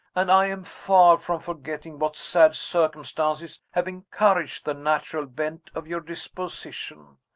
and i am far from forgetting what sad circumstances have encouraged the natural bent of your disposition.